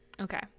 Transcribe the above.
okay